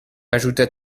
ajouta